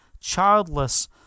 childless